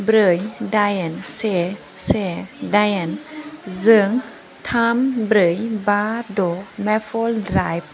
ब्रै दाइन से से दाइन जों थाम ब्रै बा द' मेफल ड्राइभ